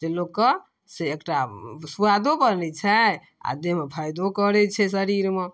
जे लोकके से एकटा सुआदो बनै छै आओर देहमे फाइदो करै छै शरीरमे